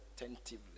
attentively